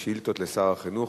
שאילתות לשר החינוך,